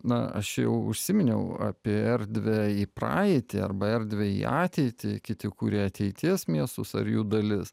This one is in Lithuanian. na aš jau užsiminiau apie erdvę į praeitį arba erdvę į ateitį kiti kuria ateities miestus ar jų dalis